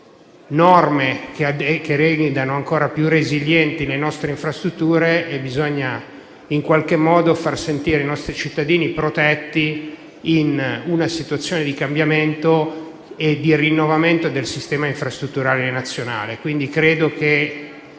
norme che rendano ancora più resilienti le nostre infrastrutture. Bisogna in qualche modo far sentire i nostri cittadini protetti, in una situazione di cambiamento e di rinnovamento del sistema infrastrutturale nazionale. Credo che